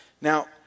Now